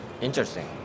Interesting